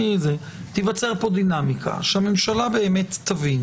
תיווצר פה דינמיקה, שהממשלה באמת תבין